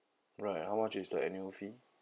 right how much is the annual fee